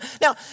Now